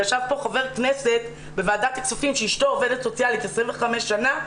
ישב פה חבר כנסת בוועדת הכספים שאשתו עובדת סוציאלית 25 שנה,